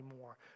more